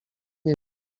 nie